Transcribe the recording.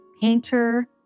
painter